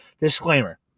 disclaimer